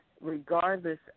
Regardless